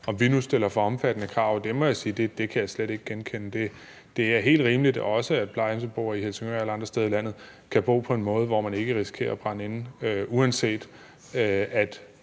om vi nu stiller for omfattende krav, men jeg må sige, at det kan jeg slet ikke genkende. Det er helt rimeligt, at også plejehjemsbeboere i Helsingør og alle andre steder i landet kan bo på en måde, hvor man ikke risikerer at brænde inde, uanset at